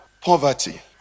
poverty